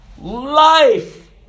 life